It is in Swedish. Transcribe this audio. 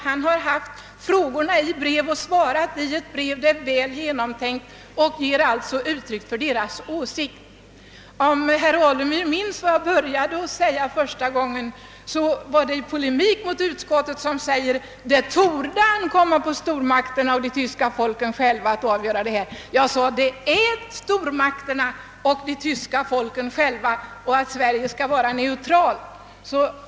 Han har fått frågorna i brev och svarat skriftligt, d. v. s. väl genomtänkt. Hans uttalande ger alltså uttryck för de västtyska socialdemokraternas åsikter. Jag hoppas herr Alemyr minns vad jag sade i mitt första anförande, i polemik mot utskottet som säger att det »torde få anses ankomma på det tyska folket självt och på stormakterna att finna vägar till en lösning av det tyska problemet». Jag sade: »Det är stormakterna och de tyska folken själva som skall lösa sina problem och Sverige skall vara neutralt.